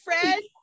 friend